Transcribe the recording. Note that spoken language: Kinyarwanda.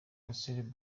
russell